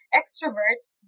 extroverts